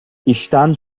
i̇şten